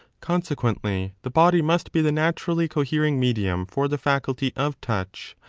consequently the body must be the naturally cohering medium for the faculty of touch,